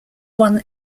one